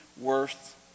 worth